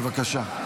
בבקשה.